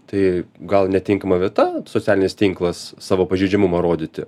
tai gal netinkama vieta socialinis tinklas savo pažeidžiamumą rodyti